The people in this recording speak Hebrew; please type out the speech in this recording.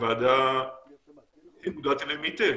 שהוועדה מודעת אליהם היטב,